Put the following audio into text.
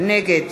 נגד